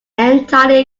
entirely